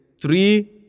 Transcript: three